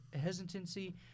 hesitancy